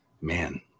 man